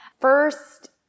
First